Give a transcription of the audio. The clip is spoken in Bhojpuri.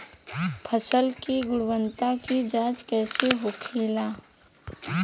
फसल की गुणवत्ता की जांच कैसे होखेला?